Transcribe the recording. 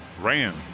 ran